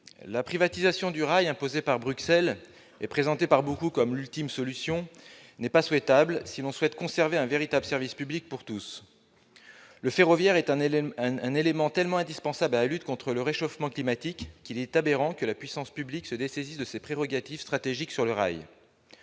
La privatisation du rail imposée par Bruxelles et présentée par beaucoup comme l'ultime solution n'est pas souhaitable si l'on veut conserver un véritable service public pour tous. Le ferroviaire est un élément tellement indispensable à la lutte contre le réchauffement climatique qu'il est aberrant que la puissance publique se dessaisisse de ses prérogatives stratégiques sur le rail.